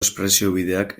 espresiobideak